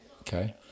Okay